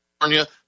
California